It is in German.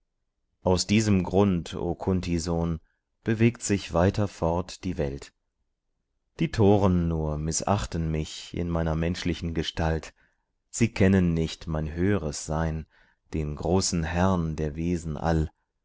aus diesem grund o kunt sohn bewegt sich weiter fort die welt die toren nur mißachten mich in meiner menschlichen gestalt sie kennen nicht mein höh'res sein den großen herrn der wesen all